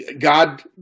God